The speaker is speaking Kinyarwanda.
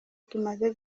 tumaze